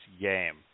game